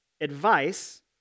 advice